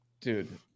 Dude